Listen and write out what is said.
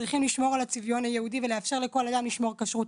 צריכים לשמור על הצביון היהודי ולאפשר לכל אדם לשמור כשרות.